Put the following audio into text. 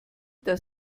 das